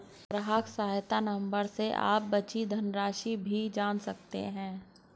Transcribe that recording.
ग्राहक सहायता नंबर से आप बची धनराशि भी जान सकते हैं